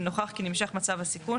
אם נוכח כי נמשך מצב הסיכון,